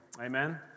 Amen